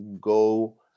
go